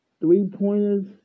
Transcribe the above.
Three-pointers